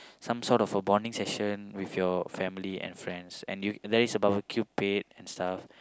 some sort of a bonding session with your family and friends and you there is a barbecue pit and stuff